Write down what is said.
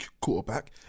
quarterback